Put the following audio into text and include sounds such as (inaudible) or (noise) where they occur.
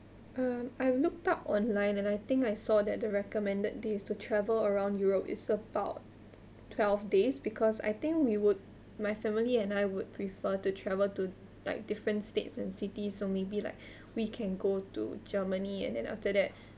uh I looked up online and I think I saw that they recommended this to travel around europe it's about twelve days because I think we would my family and I would prefer to travel to like different states and city so maybe like (breath) we can go to germany and then after that